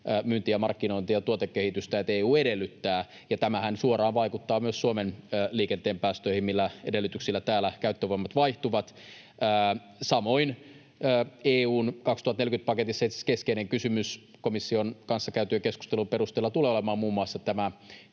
myynti-, markkinointi- ja tuotekehitystä, että ”EU edellyttää”, ja tämähän suoraan vaikuttaa myös Suomen liikenteen päästöihin, millä edellytyksillä täällä käyttövoimat vaihtuvat. Samoin EU:n 2040-paketissa itse asiassa keskeinen kysymys komission kanssa käytyjen keskustelujen perusteella tulee olemaan muun muassa